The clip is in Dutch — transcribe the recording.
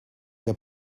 heb